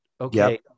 okay